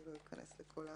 אני לא אכנס לכל ההגדרה.